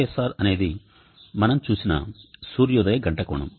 ωsr అనేది మనం చూసిన సూర్యోదయ గంట కోణం